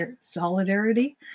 solidarity